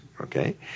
Okay